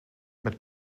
met